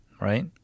right